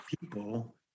people